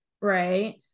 right